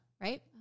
right